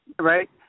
Right